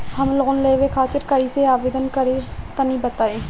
हम लोन लेवे खातिर कइसे आवेदन करी तनि बताईं?